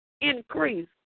increase